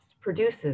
produces